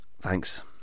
Thanks